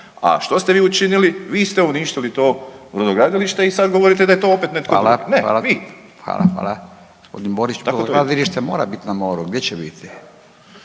A što ste vi učinili? Vi ste uništili to brodogradilište i sad govorite da je to opet netko drugi. Ne, vi. **Radin, Furio (Nezavisni)** Hvala, hvala, hvala, hvala. Gospodin Borić, pa brodogradilište mora bit na moru, gdje će biti?